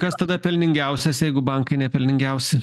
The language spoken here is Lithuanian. kas tada pelningiausias jeigu bankai nepelningiausi